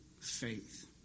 faith